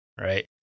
right